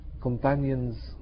companions